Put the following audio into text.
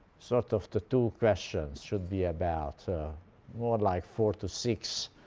sort of the two questions should be about more like four to six